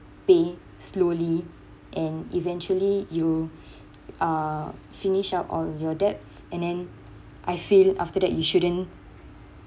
pay slowly and eventually you are finished out all your debts and then I feel after that you shouldn't